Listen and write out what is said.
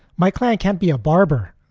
my client can't be a barber,